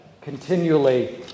continually